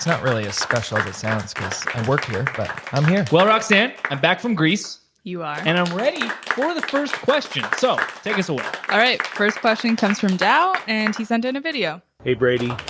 not really as special as it sounds, cause i work here, but i'm here. well, roxanne, i'm back from greece. you are. and i'm ready for the first question. so take us away. alright, first question comes from dowell and he sent in a video. hey brady,